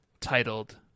titled